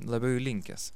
labiau įlinkęs